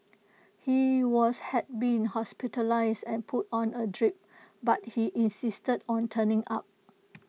he was had been hospitalised and put on A drip but he insisted on turning up